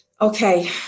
Okay